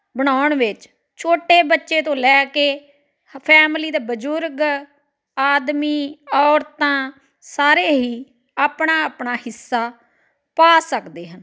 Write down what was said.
ਬਣਾਉਣ ਵਿੱਚ ਛੋਟੇ ਬੱਚੇ ਤੋਂ ਲੈ ਕੇ ਫੈਮਲੀ ਦੇ ਬਜ਼ੁਰਗ ਆਦਮੀ ਔਰਤਾਂ ਸਾਰੇ ਹੀ ਆਪਣਾ ਆਪਣਾ ਹਿੱਸਾ ਪਾ ਸਕਦੇ ਹਨ